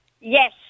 Yes